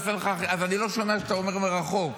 אני לא שומע כשאתה אומר מרחוק.